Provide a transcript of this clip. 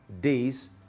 days